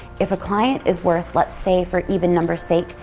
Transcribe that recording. if a client is worth, let's say for even number's sake,